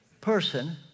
person